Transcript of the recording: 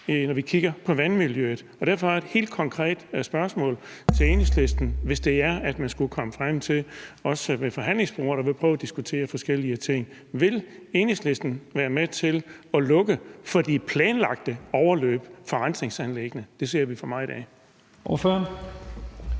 når vi kigger på vandmiljøet, og derfor er et helt konkret spørgsmål til Enhedslisten: Hvis man skulle komme frem til det, også ved forhandlingsbordet, hvor vi prøver at diskutere forskellige ting, ville Enhedslisten så være med til at lukke for de planlagte overløb fra rensningsanlæggene? Det ser vi for meget af. Kl.